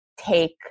take